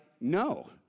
no